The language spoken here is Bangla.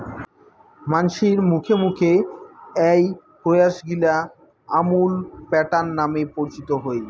মানসির মুখে মুখে এ্যাই প্রয়াসগিলা আমুল প্যাটার্ন নামে পরিচিত হই